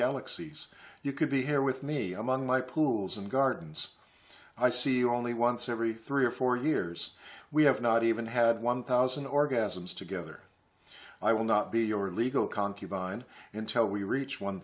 galaxies you could be here with me among my pools and gardens i see only once every three or four years we have not even had one thousand orgasms together i will not be your legal concubine until we reach one